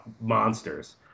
monsters